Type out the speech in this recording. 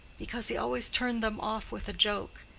because he always turned them off with a joke.